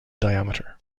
diameter